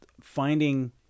finding